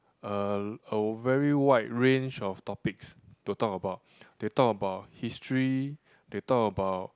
uh a very wide range of topics to talk about they talk about history they talk about